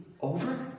over